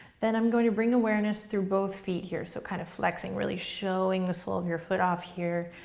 then i'm going to bring awareness through both feet here. so kind of flexing, really showing the sole of your foot off here,